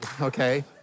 okay